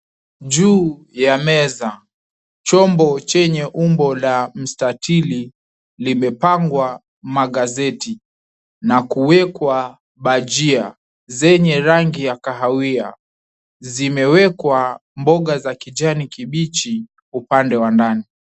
Juu ya meza chombo chenye umbo la mstatili limepangwa magazeti na kuwekwa bajia zenye rangi ya kahawia, zimewekwa mboga za kijani kibichi upande wa ndani.